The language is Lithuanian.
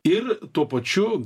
ir tuo pačiu